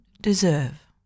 deserve